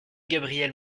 gabriel